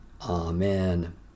Amen